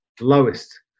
lowest